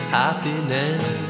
happiness